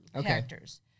characters